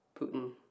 Putin